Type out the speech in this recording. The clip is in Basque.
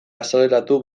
azaleratu